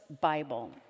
Bible